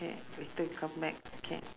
yeah later come back okay